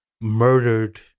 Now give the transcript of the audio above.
murdered